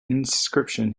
inscription